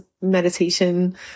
meditation